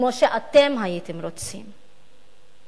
כמו שאתם הייתם רוצים,